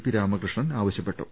P Ramakrishnan ആവശ്യപ്പെട്ടു